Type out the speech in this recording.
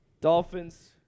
Dolphins